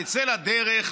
נצא לדרך,